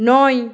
নয়